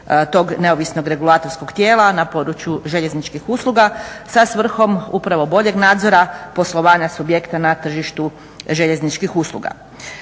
tog neovisnog regulatorskog tijela na području željezničkih usluga sa svrhom upravo boljeg nadzora poslovanja s objekta na tržištu željezničkih usluga.